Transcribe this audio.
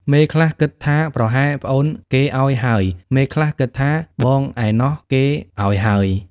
មេខ្លះគិតថាប្រហែលប្អូនគេឱ្យហើយ មេខ្លះគិតថាបងឯណោះគេឱ្យហើយ ។